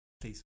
please